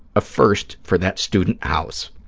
a first for that student house.